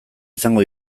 izango